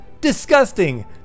Disgusting